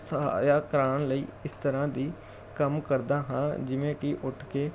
ਸਹਾਇਆ ਕਰਾਉਣ ਲਈ ਇਸ ਤਰ੍ਹਾਂ ਦੀ ਕੰਮ ਕਰਦਾ ਜਿਵੇਂ ਕਿ ਉੱਠ ਕੇ